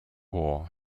war